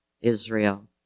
Israel